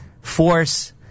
force